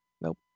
Nope